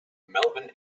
melvin